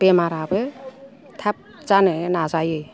बेरामाबो थाब जानो नाजायो